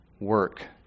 work